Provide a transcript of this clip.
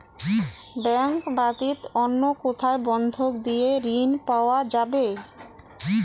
Bank ব্যাতীত অন্য কোথায় বন্ধক দিয়ে ঋন পাওয়া যাবে?